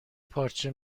پارچه